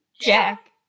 Jack